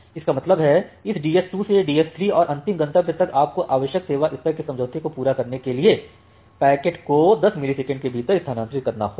इसका मतलब है इस डीएस 2 से डीएस 3 और अंतिम गंतव्य तक आपको आवश्यक सेवा स्तर के समझौते को पूरा करने के लिए पैकेट को 10 मिलीसेकंड के भीतर स्थानांतरित करना होगा